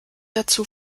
dazu